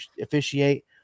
officiate